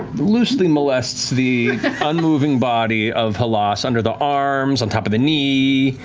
loosely molests the unmoving body of halas under the arms, on top of the knee,